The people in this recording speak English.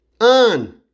On